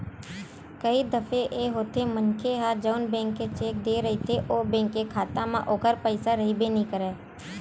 कई दफे ए होथे मनखे ह जउन बेंक के चेक देय रहिथे ओ बेंक के खाता म ओखर पइसा रहिबे नइ करय